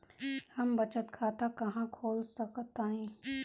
हम बचत खाता कहां खोल सकतानी?